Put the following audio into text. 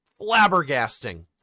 flabbergasting